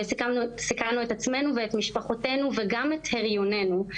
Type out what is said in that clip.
סיכנו את עצמנו ואת משפחותינו, וגם את הריוננו.